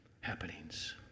happenings